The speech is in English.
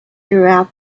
throughout